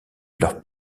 leur